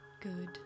Good